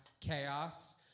chaos